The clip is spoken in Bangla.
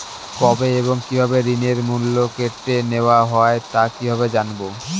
কবে এবং কিভাবে ঋণের মূল্য কেটে নেওয়া হয় তা কিভাবে জানবো?